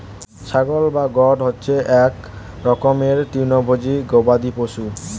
ছাগল বা গোট হচ্ছে এক রকমের তৃণভোজী গবাদি পশু